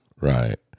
Right